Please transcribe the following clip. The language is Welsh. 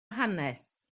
hanes